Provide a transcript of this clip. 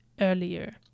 earlier